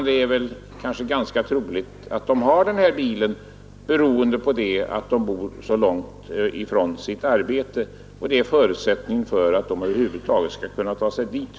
Det är troligt att många har bil beroende på att de bor så långt från sin arbetsplats att bilen är en förutsättning för att de över huvud taget skall kunna ta sig dit.